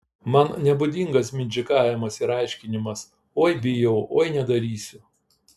man nebūdingas mindžikavimas ir aiškinimas oi bijau oi nedarysiu